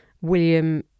William